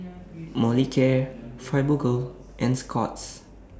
Molicare Fibogel and Scott's